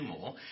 more